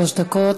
שלוש דקות.